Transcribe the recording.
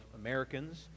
Americans